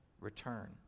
return